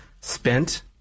spent